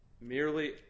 merely